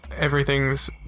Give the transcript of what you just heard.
everything's